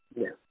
Yes